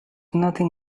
nothing